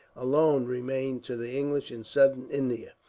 alone, remained to the english in southern india.